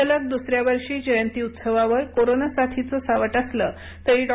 सलग दुसऱ्या वर्षी जयंती उत्सवावर कोरोना साथीचं सावट असलं तरी डॉ